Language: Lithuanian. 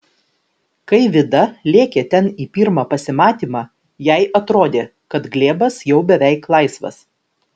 kai vida lėkė ten į pirmą pasimatymą jai atrodė kad glėbas jau beveik laisvas